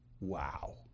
Wow